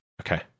okay